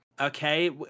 okay